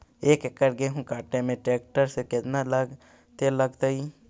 एक एकड़ गेहूं काटे में टरेकटर से केतना तेल लगतइ?